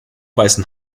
beißen